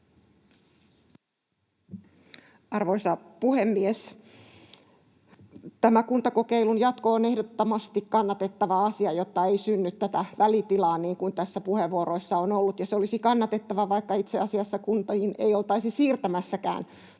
Arvoisa puhemies! Tämä kuntakokeilun jatko on ehdottomasti kannatettava asia, jotta ei synny tätä välitilaa, niin kuin tässä puheenvuoroissa on ollut, ja se itse asiassa olisi kannatettava, vaikka kuntiin ei oltaisi siirtämässäkään